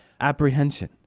apprehension